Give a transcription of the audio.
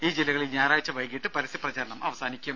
ഈ ജില്ലകളിൽ ഞായറാഴ്ച വൈകിട്ട് പരസ്യപ്രചാരണം അവസാനിക്കും